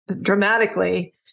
dramatically